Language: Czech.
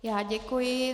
Já děkuji.